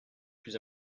plus